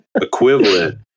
equivalent